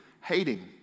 hating